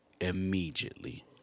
Immediately